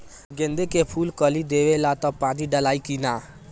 जब गेंदे के फुल कली देवेला तब पानी डालाई कि न?